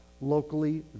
locally